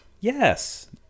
Yes